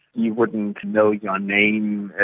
he wouldn't know your name.